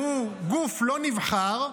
שהוא גוף לא נבחר,